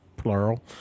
plural